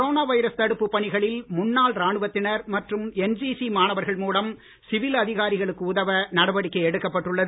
corona virus தடுப்புப் பணிகளில் முன்னாள் ராணுவத்தினர் மற்றும் என்சிசி மாணவர்கள் மூலம் சிவில் அதிகாரிகளுக்கு உதவ நடவடிக்கை எடுக்கப்பட்டுள்ளது